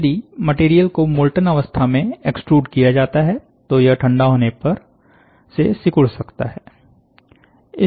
यदि मटेरियल को मोल्टन अवस्था में एक्स्ट्रूड किया जाता है तो यह ठंडा होने पर ये सिकुड़ सकता है